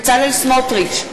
בצלאל סמוטריץ,